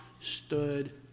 stood